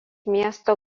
miesto